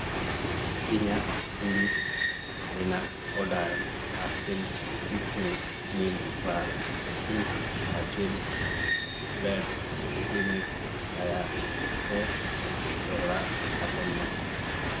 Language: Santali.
ᱤᱧᱟᱹᱜ ᱫᱩᱨᱤᱵᱽ ᱨᱮᱱᱟᱜ order Hershey's creamy milk bar piece hazel brand clinic ᱫᱟᱭᱟᱛᱮ ᱫᱚᱦᱲᱟ ᱛᱷᱟᱯᱚᱱ ᱢᱮ